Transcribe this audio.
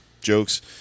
Jokes